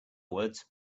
words